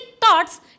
thoughts